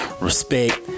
respect